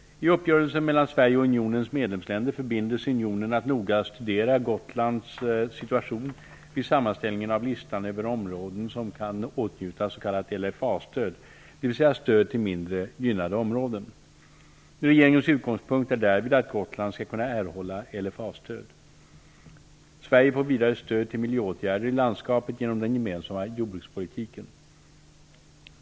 I uppgörelsen mellan Sverige och unionens medlemsländer förbinder sig unionen att noga studera Gotlands situation vid sammanställningen av listan över områden som kan åtnjuta så kallat Regeringens utgångspunkt är därvid att Gotland skall kunna erhålla LFA-stöd. Sverige får vidare stöd till miljöåtgärder i landskapet genom den gemensamma jordbrukspolitiken.